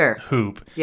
hoop